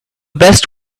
best